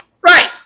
Right